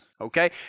Okay